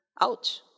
Ouch